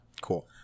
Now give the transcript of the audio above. cool